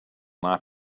not